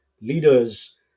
leaders